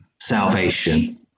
salvation